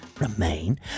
remain